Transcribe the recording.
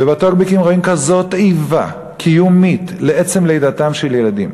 ובטוקבקים רואים כזאת איבה קיומית לעצם לידתם של ילדים.